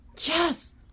Yes